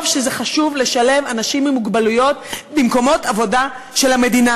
שחשוב לשלב אנשים עם מוגבלות במקומות עבודה של המדינה.